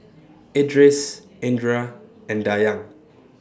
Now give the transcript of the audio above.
Idris Indra and Dayang